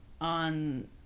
on